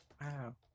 Wow